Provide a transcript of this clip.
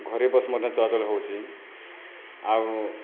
ଘରୋଇ ବସ୍ ମଧ୍ୟ ଚଳାଚଳ ହେଉଛି ଆଉ